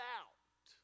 out